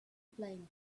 playing